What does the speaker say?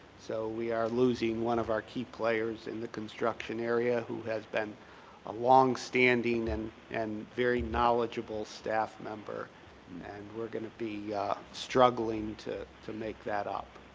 so we are losing one of our key players in the construction earl area who has been a long-standing and and very knowledgeable staff member and we're going to be struggling to to make that up.